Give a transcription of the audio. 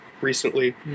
recently